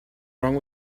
wrong